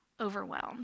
overwhelmed